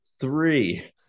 three